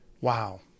Wow